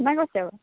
কোনে কৈছে বাৰু